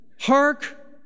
Hark